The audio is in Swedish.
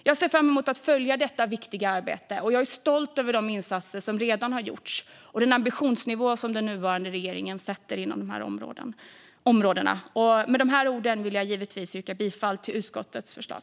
Jag ser fram emot att följa detta viktiga arbete, och jag är stolt över de insatser som redan har gjorts och den ambitionsnivå som den nuvarande regeringen sätter på områdena. Med dessa ord vill jag givetvis yrka bifall till utskottets förslag.